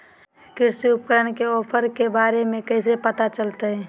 कृषि उपकरण के ऑफर के बारे में कैसे पता चलतय?